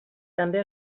també